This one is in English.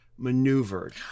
maneuvered